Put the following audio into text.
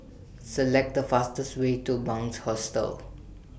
Select The fastest Way to Bunc Hostel